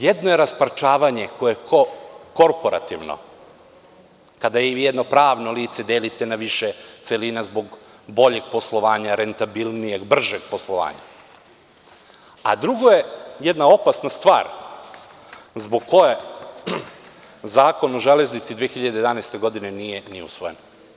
Jedno je rasparčavanje koje je korporativno, kadajedno pravno lice delite na više celina zbog boljeg poslovanja, rentabilnijeg, bržeg poslovanja, a drugo je jedna opasna stvar zbog koje Zakon o železnici 2011. godine nije ni usvojen.